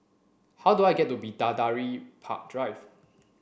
how do I get to Bidadari Park Drive